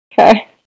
Okay